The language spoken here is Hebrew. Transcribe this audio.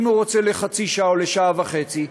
אם הוא רוצה לחצי שעה או לשעה וחצי,